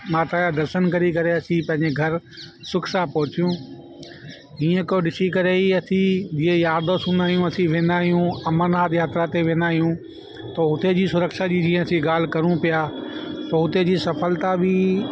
माता जा दर्शन करी करे अची पंहिंजे घर सुख सां पहुचूं ईअं को ॾिसी करे ही असीं जीअं यार दोस्त हूंदा आहियूं असीं वेंदा आहियूं अमरनाथ यात्रा ते वेंदा आहियूं पोइ हुते जी सुरक्षा जी जीअं असीं ॻाल्हि करूं पिया पोइ उते जी सफलता बि